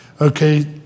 Okay